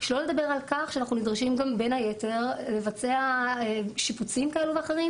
שלא לדבר על-כך שאנחנו נדרשים גם בין היתר לבצע שיפוצים כאלה ואחרים.